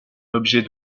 objet